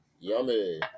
Yummy